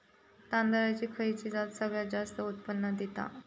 तांदळाची खयची जात सगळयात जास्त उत्पन्न दिता?